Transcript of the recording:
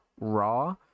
raw